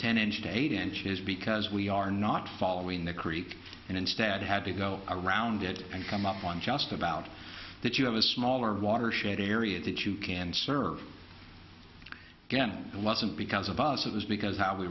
ten engine to eight inches because we are not following the creek and instead had to go around it and come up on just about that you have a smaller watershed area that you can serve again it wasn't because of us it was because how we